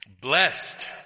Blessed